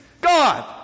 God